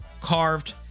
carved